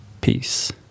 Peace